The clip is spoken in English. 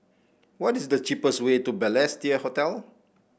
what is the cheapest way to Balestier Hotel